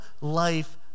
life